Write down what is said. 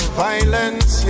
violence